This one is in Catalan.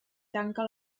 tanca